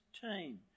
team